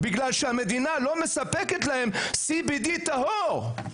בגלל שהמדינה לא מספקת להם CBD טהור.